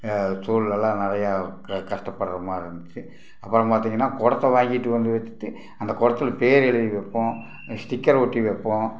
சூழல்லாம் நிறையா க கஷ்டப்படுற மாதிரி இருந்துச்சு அப்பறம் பார்த்தீங்கன்னா குடத்த வாங்கிட்டு வந்து வச்சிட்டு அந்த குடத்துல பேர் எழுதி வைப்போம் ஸ்டிக்கர் ஒட்டி வைப்போம்